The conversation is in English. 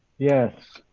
yes.